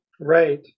Right